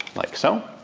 like so.